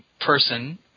person